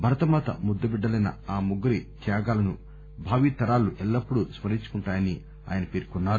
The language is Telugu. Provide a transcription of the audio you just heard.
భరతమాత ముద్దుబిడ్డలైన ఆ ముగ్గురి త్యాగాలను భావితరాలు ఎల్లప్పుడు స్మరించుకుంటాయని పేర్కొన్నారు